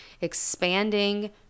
expanding